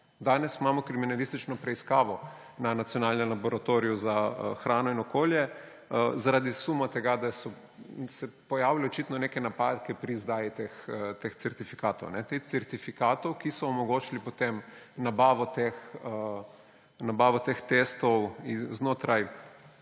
Danes imamo kriminalistično preiskavo na Nacionalnem laboratoriju za hrano in okolje zaradi suma tega, da so se pojavile očitno neke napake pri izdaji teh certifikatov. Teh certifikatov, ki so omogočili potem nabavo teh testov znotraj